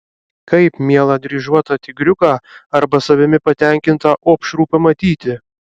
kaip mielą dryžuotą tigriuką arba savimi patenkintą opšrų pamatyti